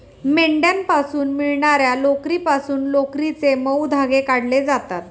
मेंढ्यांपासून मिळणार्या लोकरीपासून लोकरीचे मऊ धागे काढले जातात